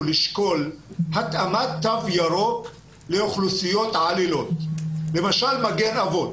לשקול התאמת תו ירוק לאוכלוסיות כמו למשל מגן אבות.